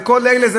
וכל אלה,